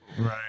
right